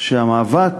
שהמאבק